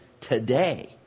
today